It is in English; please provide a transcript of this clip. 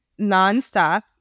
nonstop